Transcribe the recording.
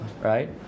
Right